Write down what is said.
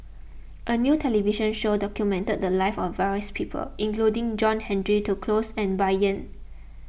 a new television show documented the lives of various people including John Henry Duclos and Bai Yan